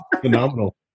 phenomenal